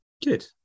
Good